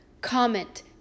comment